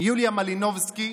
יוליה מלינובסקי,